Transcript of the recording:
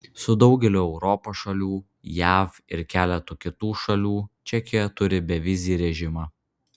su daugeliu europos šalių jav ir keletu kitų šalių čekija turi bevizį režimą